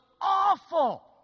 awful